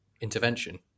intervention